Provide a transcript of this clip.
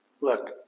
Look